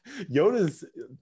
Yoda's